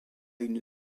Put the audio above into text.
une